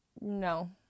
No